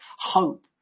hope